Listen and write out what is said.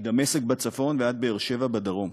מדמשק בצפון ועד באר-שבע בדרום.